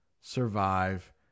survive